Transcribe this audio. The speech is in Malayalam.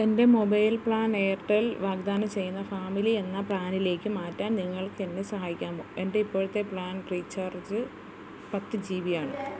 എൻ്റെ മൊബൈൽ പ്ലാൻ എയർടെൽ വാഗ്ദാനം ചെയ്യുന്ന ഫാമിലി എന്ന പ്ലാനിലേക്ക് മാറ്റാൻ നിങ്ങൾക്കെന്നെ സഹായിക്കാമോ എൻ്റെ ഇപ്പോഴത്തെ പ്ലാൻ റീചാർജ് പത്ത് ജി ബി ആണ്